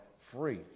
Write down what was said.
free